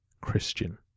Christian